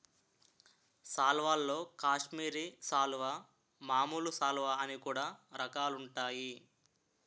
సాల్వల్లో కాశ్మీరి సాలువా, మామూలు సాలువ అని కూడా రకాలుంటాయి